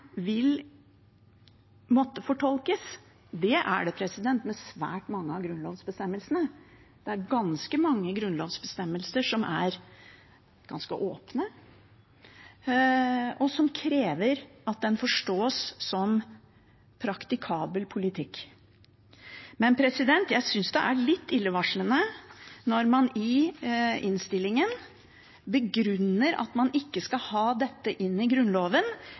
vil måtte fortolkes. Slik er det med svært mange av grunnlovsbestemmelsene. Det er ganske mange grunnlovsbestemmelser som er ganske åpne, og som krever at de forstås som praktikabel politikk. Men jeg synes det er litt illevarslende når man i innstillingen begrunner at man ikke skal ha dette inn i Grunnloven,